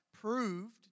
proved